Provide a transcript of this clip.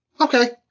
okay